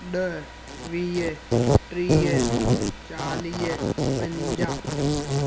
ॾह वीह टीह चालीह पंजाहु